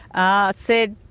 i said,